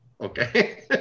Okay